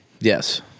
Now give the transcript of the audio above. Yes